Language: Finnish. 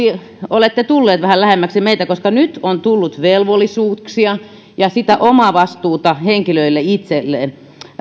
olette tulleet vähän lähemmäksi meitä koska nyt on tullut velvollisuuksia ja sitä omavastuuta henkilöille itselleen